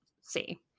see